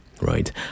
right